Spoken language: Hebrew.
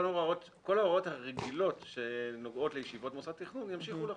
כל ההוראות הרגילות שנוגעות לישיבות מוסד תכנון ימשיכו לחול.